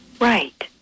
Right